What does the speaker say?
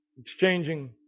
exchanging